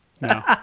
No